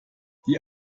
die